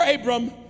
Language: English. Abram